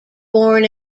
born